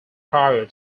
prior